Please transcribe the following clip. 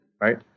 Right